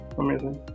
amazing